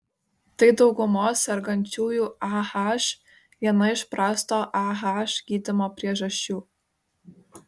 tai daugumos sergančiųjų ah viena iš prasto ah gydymo priežasčių